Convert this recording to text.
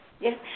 Yes